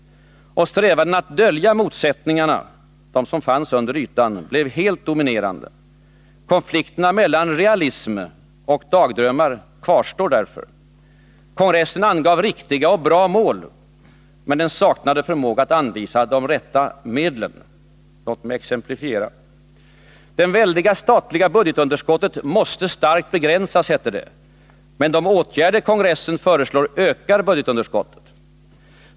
Strävanden att dölja de motsättningar som fanns under ytan blev helt dominerande. Konflikterna mellan realism och dagdrömmar kvarstår därför. Kongressen angav riktiga och bra mål, men den saknade förmåga att anvisa de rätta medlen. Låt mig exemplifiera. Det väldiga statliga budgetunderskottet måste starkt begränsas — heter det. Men de åtgärder kongressen föreslår ökar budgetunderskottet.